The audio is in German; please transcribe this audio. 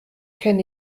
kenne